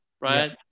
Right